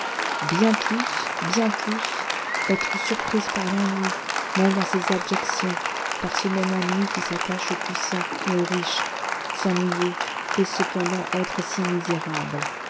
bien plus bien plus être surprise par l'ennui même dans ces abjections par ce même ennui qui s'attache aux puissants et aux riches s'ennuyer et cependant être si misérable